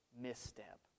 misstep